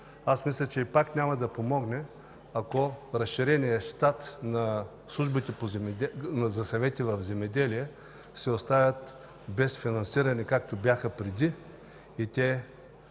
Мисля, че пак няма да помогне, ако разширеният щат на службите за съвети по земеделието се оставят без финансиране, както беше преди.